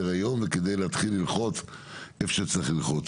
היום וכדי להתחיל ללחוץ איפה שצריך ללחוץ.